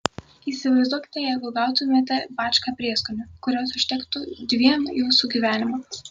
įsivaizduokite jeigu gautumėte bačką prieskonių kurios užtektų dviem jūsų gyvenimams